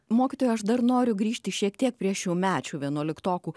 mokytoja aš dar noriu grįžti šiek tiek prie šiųmečių vienuoliktokų